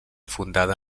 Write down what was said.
fundada